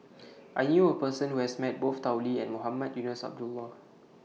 I knew A Person Who has Met Both Tao Li and Mohamed Eunos Abdullah